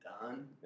done